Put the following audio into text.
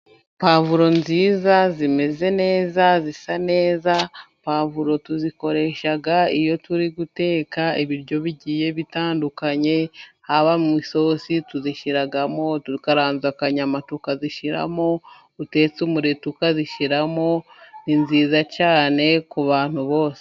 Pavuro nziza zimeze neza, zisa neza. Pavuro tuzikoresha iyo turi guteka ibiryo bigiye bitandukanye, haba mu isosi tuzishyiramo, dukaranze akanyama tukazishyiramo, utetse umureti ukazishyiramo, ni nziza cyane ku bantu bose.